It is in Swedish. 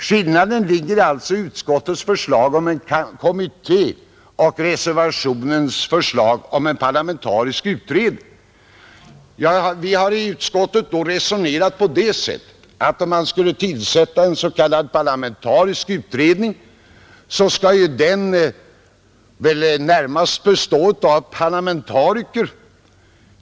Skillnaden ligger alltså i att utskottet föreslår en kommitté, medan i reservationen föreslås en parlamentarisk utredning. Vi har då i utskottet resonerat på följande sätt. Om man skall tillsätta en s.k. parlamentarisk utredning, skall den väl närmast bestå av parlamentariker.